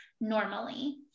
normally